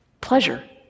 pleasure